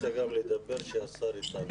לנציגי מועצת התלמידים.